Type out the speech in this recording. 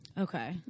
okay